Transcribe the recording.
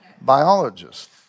biologist